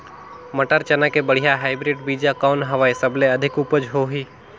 मटर, चना के बढ़िया हाईब्रिड बीजा कौन हवय? सबले अधिक उपज होही?